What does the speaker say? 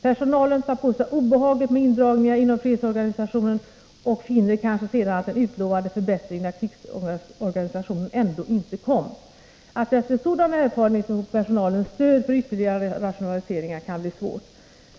Personalen tar på sig obehaget med indragningar inom fredsorganisationen och finner kanske sedan att den utlovade förbättringen av krigsorganisationen ändå inte sker. Att sedan personalen gjort sådana erfarenheter få dess stöd för ytterligare rationaliseringar kan bli svårt.